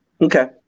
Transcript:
Okay